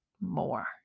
more